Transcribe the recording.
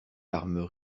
larmes